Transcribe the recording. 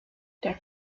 der